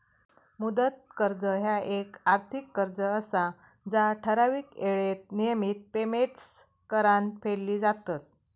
मुदत कर्ज ह्या येक आर्थिक कर्ज असा जा ठराविक येळेत नियमित पेमेंट्स करान फेडली जातत